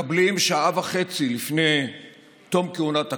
מקבלים, שעה וחצי לפני תום כהונת הכנסת,